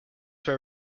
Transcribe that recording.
were